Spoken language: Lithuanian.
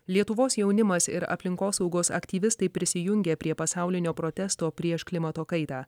lietuvos jaunimas ir aplinkosaugos aktyvistai prisijungė prie pasaulinio protesto prieš klimato kaitą